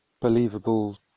believable